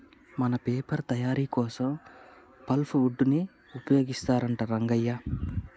మన పేపర్ తయారీ కోసం పల్ప్ వుడ్ ని ఉపయోగిస్తారంట రంగయ్య